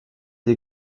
die